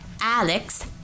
Alex